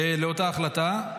לאותה החלטה.